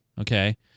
okay